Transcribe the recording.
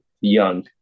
young